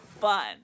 fun